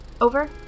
Over